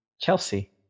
Chelsea